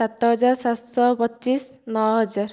ସାତ ହଜାର ସାତଶହ ପଚିଶ ନଅ ହଜାର